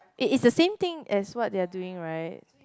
it is the same thing as what they're doing right